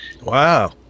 Wow